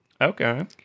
Okay